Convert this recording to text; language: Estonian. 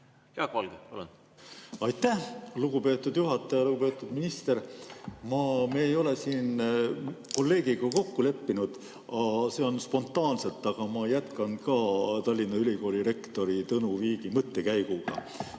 eestkõneleja. Aitäh, lugupeetud juhataja! Lugupeetud minister! Me ei ole siin kolleegiga kokku leppinud, see on spontaanne, aga ma jätkan ka Tallinna Ülikooli rektori Tõnu Viigi mõttekäiguga.